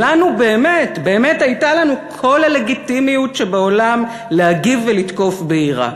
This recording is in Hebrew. ולנו באמת באמת הייתה כל הלגיטימיות שבעולם להגיב ולתקוף בעיראק.